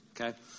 okay